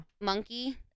monkey